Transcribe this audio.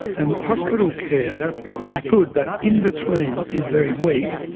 and hospital care is good, but in between is very weak.